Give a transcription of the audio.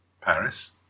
Paris